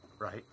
right